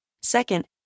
Second